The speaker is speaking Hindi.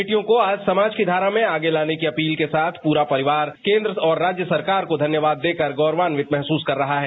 बेटियों को आज समाज के धारा में आगे लाने के अपील के साथ पूरा परिवार केन्द्र और राज्य सरकार को धन्यवाद देकर गौरवान्वित महसूस कर रहा है